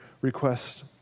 request